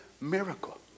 miracle